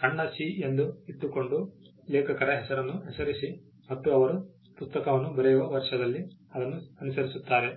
ಸಣ್ಣ c ಎಂದು ಇಟ್ಟುಕೊಂಡು © ಲೇಖಕರ ಹೆಸರನ್ನು ಹೆಸರಿಸಿ ಮತ್ತು ಅವರು ಪುಸ್ತಕವನ್ನು ಬರೆಯುವ ವರ್ಷದಲ್ಲಿ ಅದನ್ನು ಅನುಸರಿಸುತ್ತಾರೆ